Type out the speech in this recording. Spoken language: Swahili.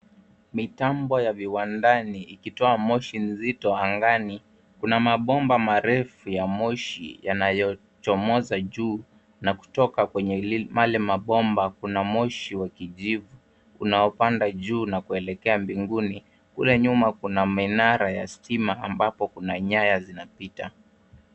Mitambo ya viwandani ikitoa moshi mzito angani. Kuna mabomba marefu ya moshi yanayochomoza juu na kutoka kwenye yale mabomba ,kuna moshi wa kijivu unaopanda juu na kuelekea mbinguni. Kule nyuma kuna minara ya stima ambapo kuna stima zinazopita.